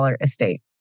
estate